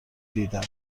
دیدم